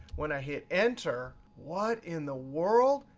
when i hit enter, what in the world?